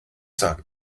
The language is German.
sagt